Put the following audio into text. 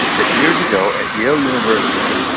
but years ago, at yale university,